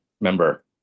member